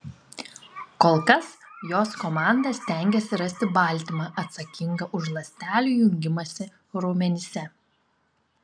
kol kas jos komanda stengiasi rasti baltymą atsakingą už ląstelių jungimąsi raumenyse